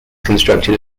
constructed